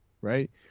Right